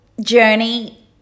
journey